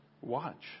Watch